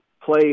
play